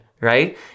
right